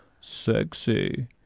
sexy